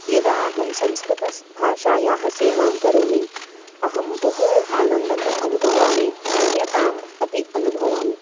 यदा अहं संस्कृतभाषायाः सेवां करोमि अहं बहु आनन्दम् अनुभवामि धन्यताम् अपि अनुभवामि